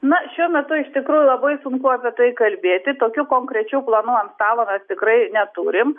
na šiuo metu iš tikrųjų labai sunku apie tai kalbėti tokių konkrečių planų ant stalo mes tikrai neturim